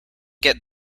get